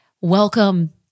welcome